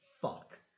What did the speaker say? fuck